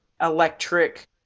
electric